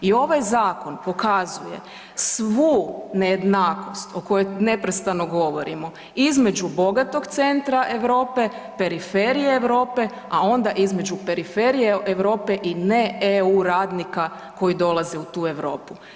I ovaj zakon pokazuje svu nejednakost o kojoj neprestano govorimo između bogatog centra Europe, periferije Europe, a onda između periferije i ne EU radnika koji dolaze u tu Europu.